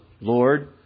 Lord